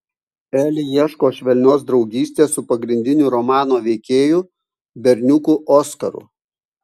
eli ieško švelnios draugystės su pagrindiniu romano veikėju berniuku oskaru